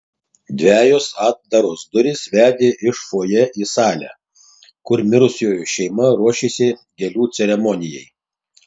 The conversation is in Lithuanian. dvejos atdaros durys vedė iš fojė į salę kur mirusiojo šeima ruošėsi gėlių ceremonijai